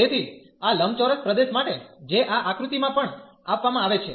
તેથી આ લંબચોરસ પ્રદેશ માટે જે આ આક્રુતી માં પણ આપવામાં આવે છે